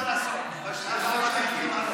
שיהיה ערני.